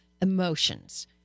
emotions